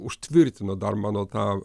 užtvirtino dar mano tą